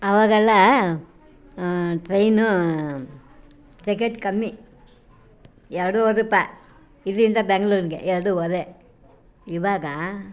ಅವಾಗೆಲ್ಲ train ticket ಕಮ್ಮಿ ಎರಡೂವರೆ ರೂಪಾಯಿ ಇಲ್ಲಿಂದ ಬೆಂಗ್ಳೂರಿಗೆ ಎರಡೂವರೆ ಇವಾಗ